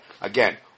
Again